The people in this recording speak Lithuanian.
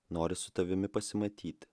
nori su tavimi pasimatyti